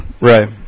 Right